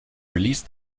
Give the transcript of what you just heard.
release